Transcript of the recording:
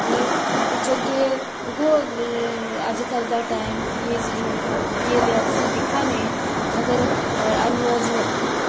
की केह् अज्जकल दा टैम केह् ऐ केह् नेहा तुस दिक्खा नै अगर नौजुान